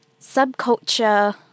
subculture